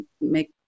make